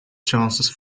chances